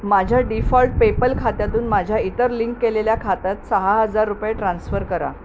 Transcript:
माझ्या default PayPal खात्यातून माझ्या इतर लिंक केलेल्या खात्यात सहा हजार रुपये ट्रान्स्फर करा